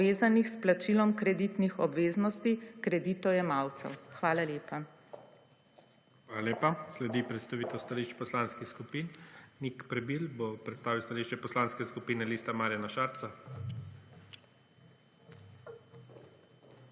povezanih s plačilom kreditnih obveznosti kreditojemalcev. Hvala lepa. PREDSEDNIK IGOR ZORČIČ: Hvala lepa. Sledi predstavitev stališč poslanskih skupin. Nik Prebil bo predstavil stališče Poslanske skupine Lista Marjana Šarca. NIK